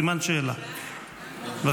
זה סימן שאלה.